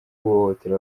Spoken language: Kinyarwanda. guhohotera